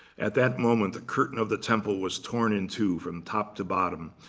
at that moment, the curtain of the temple was torn in two from top to bottom.